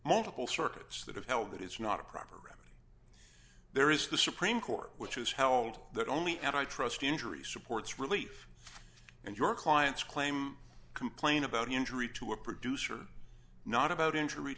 multiple circuits that have held that it's not a proper remedy there is the supreme court which has held that only and i trust injury supports relief and your clients claim complain about injury to a producer not about injury